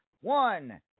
one